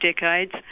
decades